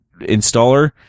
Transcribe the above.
installer